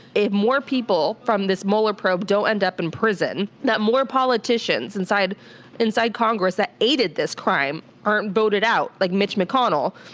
if more people from this mueller probe don't end up in prison, that more politicians inside inside congress that aided this crime, aren't voted out like mitch mcconnell,